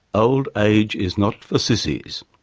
old age is not for sissies.